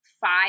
five